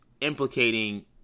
implicating